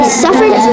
suffered